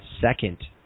second